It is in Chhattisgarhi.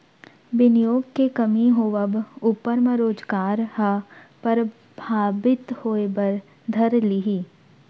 बिनियोग के कमी होवब ऊपर म रोजगार ह परभाबित होय बर धर लिही